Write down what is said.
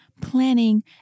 planning